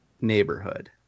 neighborhood